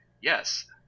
Yes